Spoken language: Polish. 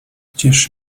gdzież